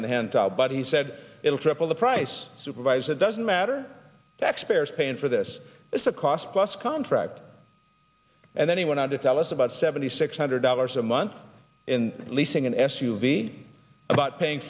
on the handle but he said it will triple the price supervise it doesn't matter taxpayers paying for this is a cost plus contracts and then he went on to tell us about seventy six hundred dollars a month in leasing an s u v about paying